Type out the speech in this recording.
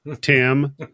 Tim